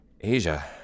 Asia